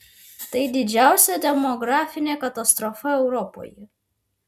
tai didžiausia demografinė katastrofa europoje